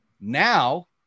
now